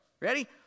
ready